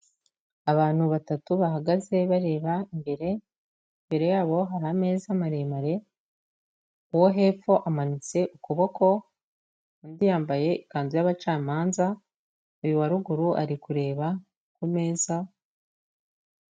Abantu batatu bahagaze bareba imbere, imbere yabo hari ameza maremare, uwo hepfo amanitse ukuboko, undi yambaye ikanzu y'abacamanza, uyu wa ruguru ari kureba ku meza.